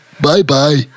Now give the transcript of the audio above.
Bye-bye